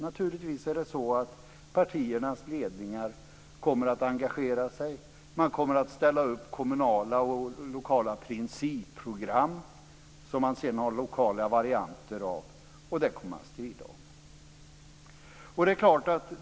Naturligtvis kommer partiernas ledningar att engagera sig. De kommer att ställa upp kommunala och lokala principprogram som de sedan har lokala varianter av, och det kommer man att strida om.